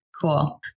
Cool